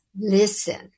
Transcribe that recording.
listen